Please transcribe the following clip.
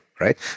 Right